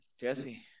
jesse